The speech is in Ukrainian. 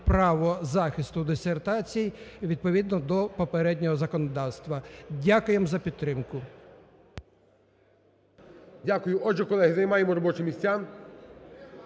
право захисту дисертацій відповідно до попереднього законодавства. Дякуємо за підтримку. ГОЛОВУЮЧИЙ. Дякую. Отже, колеги, займаємо робочі місця.